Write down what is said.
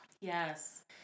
Yes